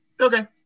okay